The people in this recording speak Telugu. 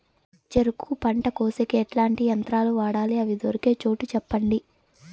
చెరుకు పంట కోసేకి ఎట్లాంటి యంత్రాలు వాడాలి? అవి దొరికే చోటు చెప్పండి?